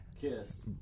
kiss